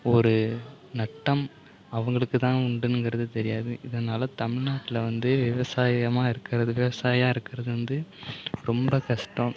ஒரு நஷ்டம் அவர்களுக்கு தான் உண்டுங்கிறது தெரியாது இதனால் தமிழ் நாட்டில் வந்து விவாசாயமாக இருக்குறதில் விவசாயியாக இருக்கிறது வந்து ரொம்ப கஷ்டம்